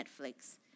Netflix